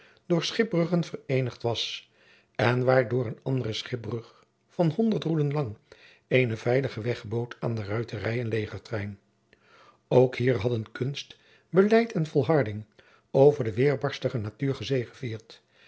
door schipbruggen vereenigd was en waardoor een andere schipbrug van honderd roeden lang eenen veiligen weg bood aan de ruiterij en legertrein ook hier hadden kunst beleid en volharding over de weerbarstige natuur gezegevierd